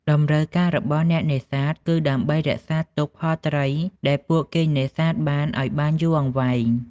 តម្រូវការរបស់អ្នកនេសាទគឺដើម្បីរក្សាទុកផលត្រីដែលពួកគេនេសាទបានឱ្យបានយូរអង្វែង។